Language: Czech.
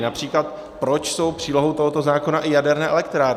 Například proč jsou přílohou tohoto zákona i jaderné elektrárny?